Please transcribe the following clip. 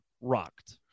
rocked